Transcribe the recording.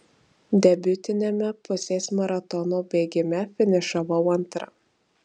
debiutiniame pusės maratono bėgime finišavau antra